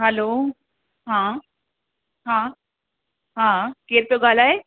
hello हा हा हा केर पियो ॻाल्हाए